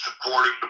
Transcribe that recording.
supporting